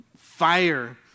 fire